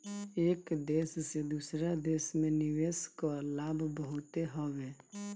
एक देस से दूसरा देस में निवेश कअ लाभ बहुते हवे